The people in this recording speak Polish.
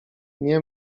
nie